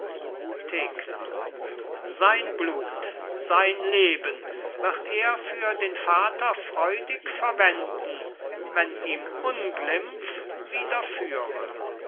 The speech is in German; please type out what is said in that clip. thekla sein blut sein leben wird er für den vater freudig verwenden wenn ihm